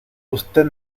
usted